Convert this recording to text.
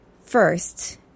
first